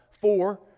Four